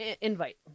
invite